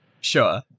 sure